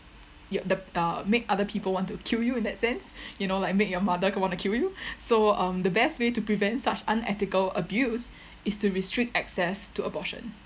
y~ the uh make other people want to kill you in that sense you know like make your mother want to kill you so um the best way to prevent such unethical abuse is to restrict access to abortion